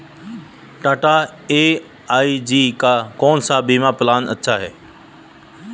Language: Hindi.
टाटा ए.आई.जी का कौन सा बीमा प्लान अच्छा है?